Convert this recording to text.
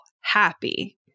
happy